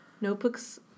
Notebooks